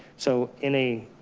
so in a